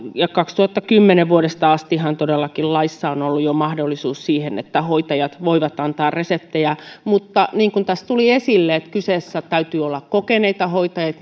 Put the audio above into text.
vuodesta kaksituhattakymmenen asti todellakin laissa on ollut mahdollisuus siihen että hoitajat voivat antaa reseptejä mutta niin kuin tässä tuli esille niin kyseessä täytyy olla kokeneet hoitajat